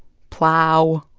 plow,